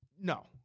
No